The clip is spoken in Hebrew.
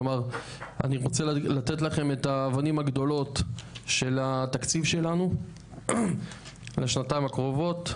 אני רוצה לתת לכם את האבנים הגדולות של התקציב שלנו לשנתיים הקרובות.